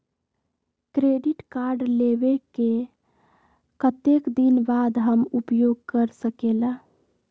Credit card लेबे के कतेक दिन बाद हम उपयोग कर सकेला?